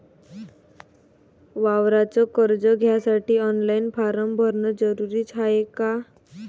वावराच कर्ज घ्यासाठी ऑनलाईन फारम भरन जरुरीच हाय का?